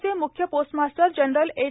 राज्याचे मुख्य postmaster general H